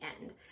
end